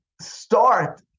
start